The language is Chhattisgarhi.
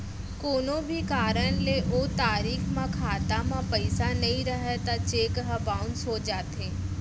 कोनो भी कारन ले ओ तारीख म खाता म पइसा नइ रहय त चेक ह बाउंस हो जाथे